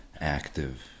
active